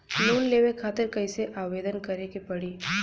Loan लेवे खातिर कइसे आवेदन करें के पड़ी?